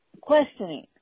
questioning